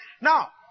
Now